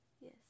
Yes